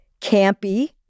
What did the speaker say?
campy